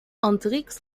hendrix